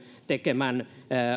tekemän